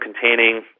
containing